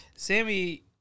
Sammy